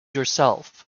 yourself